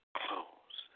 close